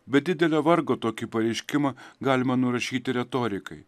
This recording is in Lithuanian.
be didelio vargo tokį pareiškimą galima nurašyti retorikai